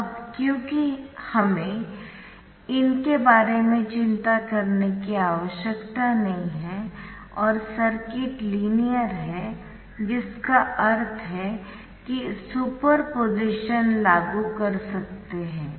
अब क्योंकि हमें इनके बारे में चिंता करने की आवश्यकता नहीं है और सर्किट लीनियर है जिसका अर्थ है कि सुपरपोज़िशन लागु कर सकते है